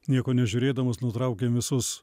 nieko nežiūrėdamas nutraukėm visus